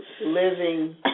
living